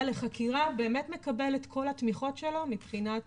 לחקירה באמת מקבל את כל התמיכות שלו מבחינת